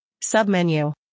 submenu